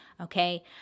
Okay